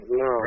no